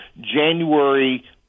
january